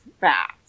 fast